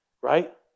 right